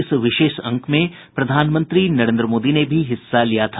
इस विशेष अंक में प्रधानमंत्री नरेन्द्र मोदी ने भी हिस्सा लिया था